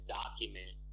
document